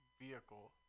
vehicle